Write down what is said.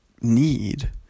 need